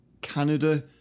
Canada